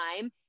time